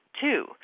Two